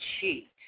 cheat